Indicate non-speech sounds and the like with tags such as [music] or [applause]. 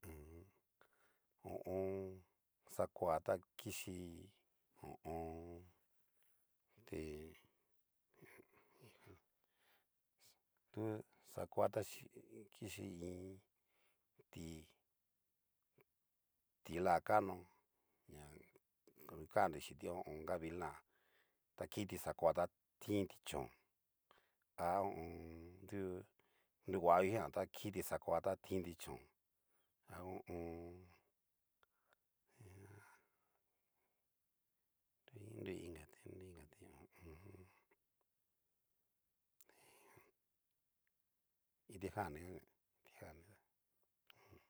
[hesitation] ho o on. xakoa ta kichí ho o on. ti anria nani kitijan du xakoa ta kichi iin ti- ti'la kano ña kannri chinti gavilan, kiti xakoa a tinti chón, ha ho o on. dú nruhuavii jan ta kiti xakoa ta tinti chón a ho o on. nguae nrigu ingati nrigu ingati [hesitation] nri kitijan ni jan yu.